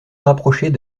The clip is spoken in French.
rapprocher